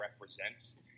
represents